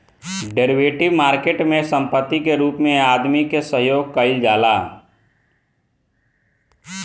derivative market में संपत्ति के रूप में आदमी के सहयोग कईल जाला